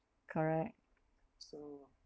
correct